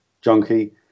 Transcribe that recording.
junkie